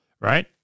Right